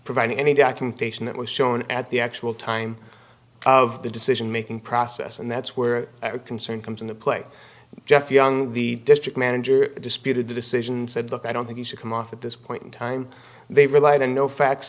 providing any documentation that was shown at the actual time of the decision making process and that's where a concern comes into play jeff young the district manager disputed the decision said look i don't think it should come off at this point in time they relied on no facts